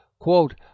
Quote